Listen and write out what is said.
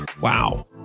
Wow